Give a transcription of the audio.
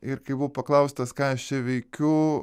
ir kai buvau paklaustas ką aš čia veikiu